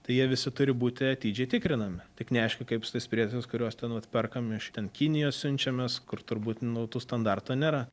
tai jie visi turi būti atidžiai tikrinami tik neaišku kaip su tais prietaisais kuriuos ten vat perkam iš ten kinijos siunčiamės kur turbūt nu tų standartų nėra